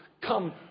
come